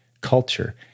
culture